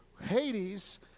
Hades